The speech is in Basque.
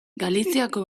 galiziako